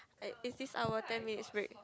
is is this our ten minutes break